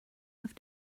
have